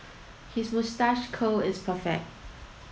his moustache curl is perfect